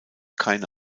keine